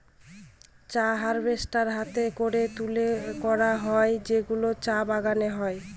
চা হারভেস্ট হাতে করে তুলে করা হয় যেগুলো চা বাগানে হয়